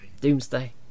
doomsday